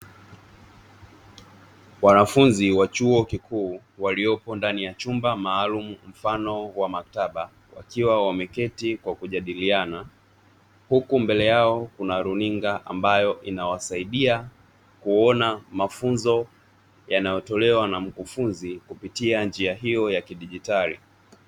Wanafunzi wa chuo kikuu walioko ndani ya chumba maalumu mfano wa maktaba, wakiwa wameketi kwa kujadiliana huku mbele yao kuna runinga ambayo inasaidia kuona mafunzo yanayotolewa na mkufunzi kupitia njia hiyo ya kidigitali.